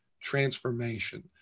transformation